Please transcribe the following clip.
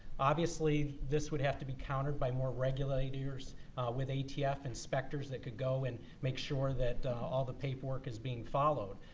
obviously, this would have to be countered by more regulators with atf, inspectors that could go and make sure that all the paperwork is being followed.